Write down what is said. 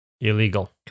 Illegal